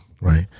right